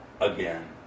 again